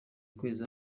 ukwezi